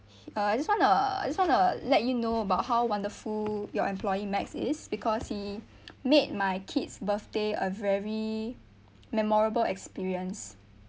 uh I just want to I just want to let you knowabout how wonderful your employee max is because he made my kid's birthday a very memorable experience